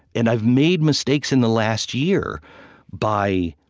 and i've made mistakes in the last year by